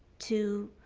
to